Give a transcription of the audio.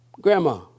Grandma